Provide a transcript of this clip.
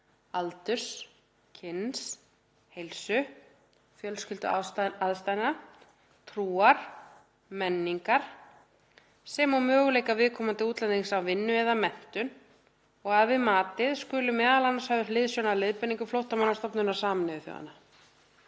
aldurs, kyns, heilsu, fjölskylduaðstæðna, trúar, menningar sem og möguleika viðkomandi útlendings á vinnu eða menntun og að við matið skuli m.a. höfð hliðsjón af leiðbeiningum Flóttamannastofnunar Sameinuðu þjóðanna.